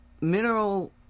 mineral